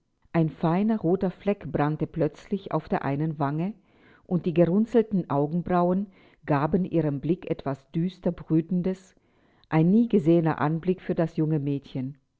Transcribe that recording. ein feiner roter fleck brannte plötzlich auf der einen wange und die gerunzelten augenbrauen gaben ihrem blick etwas düster brütendes ein nie gesehener anblick für das junge mädchen